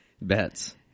bets